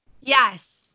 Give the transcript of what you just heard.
Yes